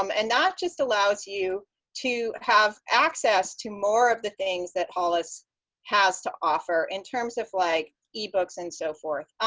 um and that just allows you to have access to more of the things that hollis has to offer in terms of like e-books and so forth.